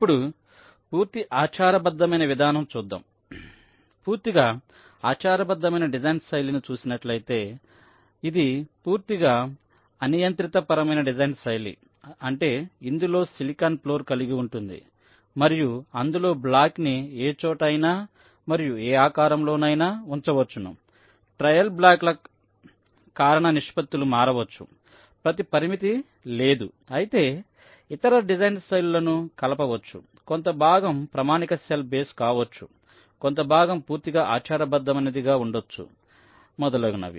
ఇప్పుడు పూర్తి ఆచార బద్ధమైన విధానం చూద్దాం పూర్తిగా ఆచారబద్ధమైన డిజైన్స్ శైలిని చూసినట్లయితే ఇది పూర్తిగా అనియంత్రిత పరమైన డిజైన్ శైలి అంటే ఇందులో సిలికాన్ ఫ్లోర్ కలిగి ఉంటుంది మరియు అందులో బ్లాక్ ని ఏ చోట అయినా మరియు ఏ ఆకారం లో నైనా ఉంచవచ్చును ట్రయిల్ బ్లాక్ల కారక నిష్ప త్తులు మారవచ్చు ప్రతి పరిమితి లేదుఅయితే ఇతర డిజైన్ శైలులను కలపవచ్చు కొంత భాగం ప్రామాణిక సెల్ బేస్ కావచ్చు కొంత భాగం పూర్తిగా ఆచారబద్ధమైనది గా ఉండొచ్చు మొదలగునవి